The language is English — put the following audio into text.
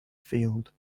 field